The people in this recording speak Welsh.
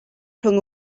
rhwng